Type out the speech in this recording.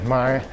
Maar